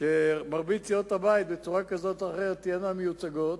שמרבית סיעות הבית תהיינה מיוצגות